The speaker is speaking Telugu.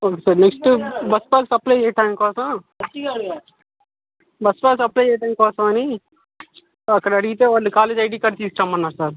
నెక్స్ట్ బస్ పాస్ అప్లై చేయటం కోసం బస్ పాస్ అప్లై చేయటం కోసమని అక్కడ అడిగితే వాళ్లు కాలేజ్ ఐడి కార్డ్ తీసుకురమ్మన్నారు సార్